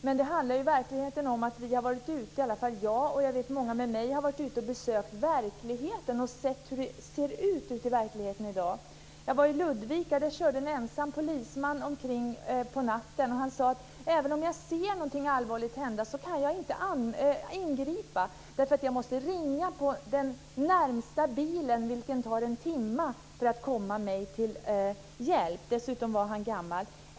Jag och många med mig har dock varit ute och sett hur det ser ut i verkligheten i dag. Jag har besökt Ludvika, där en ensam polisman körde omkring på natten. Han sade: Även om jag ser någonting allvarligt hända kan jag inte ingripa. Jag måste ringa efter den närmaste bilen, som tar en timme på sig för att komma mig till hjälp. - Dessutom var han gammal.